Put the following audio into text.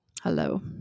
hello